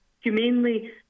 humanely